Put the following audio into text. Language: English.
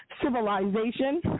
civilization